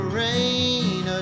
rain